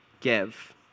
give